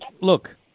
Look